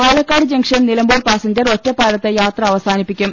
Palakkad junction Nilambur passenger ഒറ്റപ്പാലത്ത് യാത്ര അവസാനിപ്പിക്കും